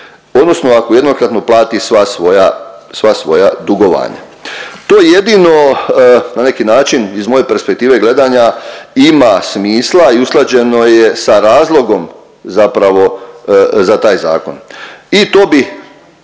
odnosno ako jednokratno plati sva svoja dugovanja. To jedino na neki način iz moje perspektive gledanja ima smisla i usklađeno je sa razlogom zapravo za taj zakon. I to bi